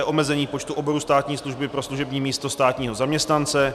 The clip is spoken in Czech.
Omezení počtu oborů státní služby pro služební místo státního zaměstnance.